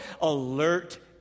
alert